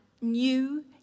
New